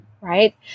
right